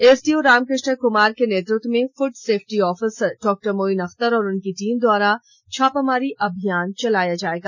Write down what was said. SDO Ramkrishna Kumar के नेतृत्व में food safety officer doctor Moin Akhtar और उनकी टीम द्वारा छापामारी अभियान चलाया जाएगा